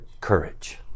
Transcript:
Courage